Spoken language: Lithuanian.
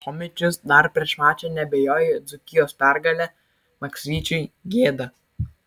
chomičius dar prieš mačą neabejojo dzūkijos pergale maksvyčiui gėda